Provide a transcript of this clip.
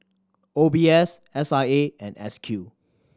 O B S S I A and S Q